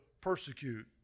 persecute